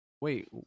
Wait